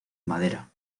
madera